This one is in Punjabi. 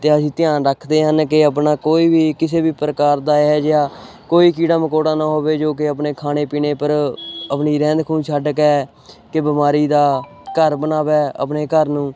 ਅਤੇ ਅਸੀਂ ਧਿਆਨ ਰੱਖਦੇ ਹਨ ਕਿ ਆਪਣਾ ਕੋਈ ਵੀ ਕਿਸੇ ਵੀ ਪ੍ਰਕਾਰ ਦਾ ਇਹੋ ਜਿਹਾ ਕੋਈ ਕੀੜਾ ਮਕੌੜਾ ਨਾ ਹੋਵੇ ਜੋ ਕਿ ਆਪਣੇ ਖਾਣੇ ਪੀਣੇ ਪਰ ਆਪਣੀ ਰਹਿੰਦ ਖੁੰਹਦ ਛੱਡ ਕੇ ਕਿ ਬਿਮਾਰੀ ਦਾ ਘਰ ਬਣਾਵੇ ਆਪਣੇ ਘਰ ਨੂੰ